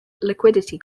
liquidity